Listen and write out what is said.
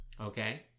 okay